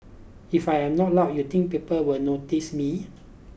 if I am not loud you think people will notice me